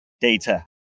data